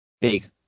big